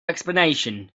explanation